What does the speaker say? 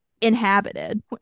inhabited